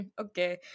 Okay